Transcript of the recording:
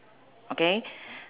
okay